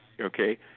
okay